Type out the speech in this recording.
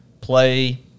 play